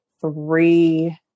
three